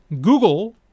Google